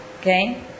Okay